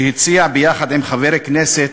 שהציע יחד עם חבר הכנסת,